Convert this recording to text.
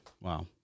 Wow